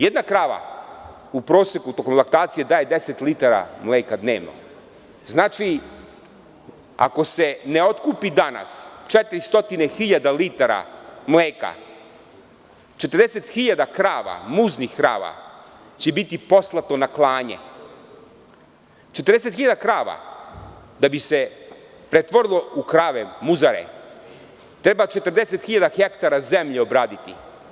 Jedna krava u proseku tokom laktacije daje 10 litara mleka dnevno, znači, ako se ne otkupi danas 400 hiljada litara mleka, 40 hiljada krava, muznih krava, će biti poslato na klanje, 40 hiljada krava da bi se pretvorilo u krave muzare treba 40 hiljada hektara zemlje obraditi.